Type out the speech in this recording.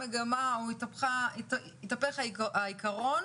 התהפך העיקרון